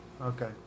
Okay